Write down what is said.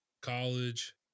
college